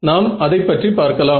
நாம் அதைப்பற்றி பார்க்கலாம்